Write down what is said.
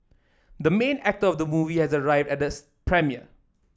the main actor of the movie has arrived at the premiere